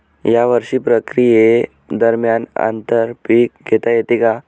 या सर्व प्रक्रिये दरम्यान आंतर पीक घेता येते का?